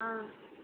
ஆ